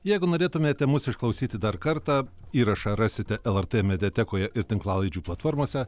jeigu norėtumėte mus išklausyti dar kartą įrašą rasite lrt mediatekoje ir tinklalaidžių platformose